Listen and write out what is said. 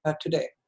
today